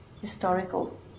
historical